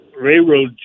railroad